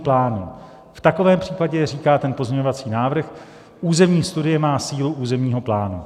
V takovém případě, říká ten pozměňovací návrh, územní studie má sílu územního plánu.